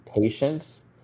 patience